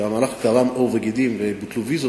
שכשהמהלך קרם עור וגידים ובוטלו ויזות,